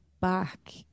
back